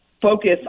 focus